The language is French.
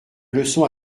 leçon